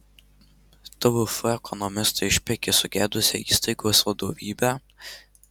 tvf ekonomistas išpeikė sugedusią įstaigos vadovybę